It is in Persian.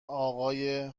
آقای